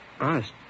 Honest